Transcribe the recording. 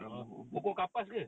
ah pokok-pokok